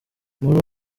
muri